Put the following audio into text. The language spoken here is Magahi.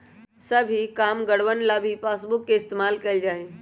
सभी कामगारवन ला भी पासबुक के इन्तेजाम कइल जा हई